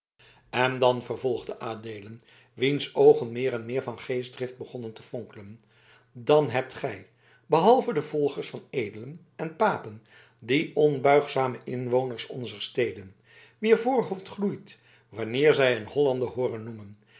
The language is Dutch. en dan vervolgde adeelen wiens oogen meer en meer van geestdrift begonnen te fonkelen dan hebt gij behalve de volgers van edelen en papen die onbuigzame inwoners onzer steden wier voorhoofd gloeit wanneer zij een hollander hooren noemen